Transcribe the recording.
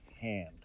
hand